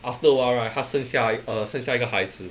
after awhile right 他生下生下一个孩子